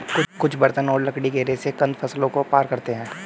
कुछ बर्तन और लकड़ी के रेशे कंद फसलों को पार करते है